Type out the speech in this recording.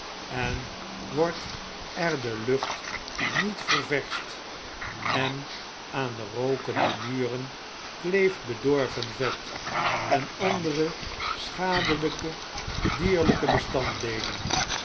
en wordt er de lucht niet ververscht en aan de rookende muren kleeft bedorven vet en andere schadelijke dierlpe bestanddeelen